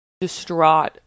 distraught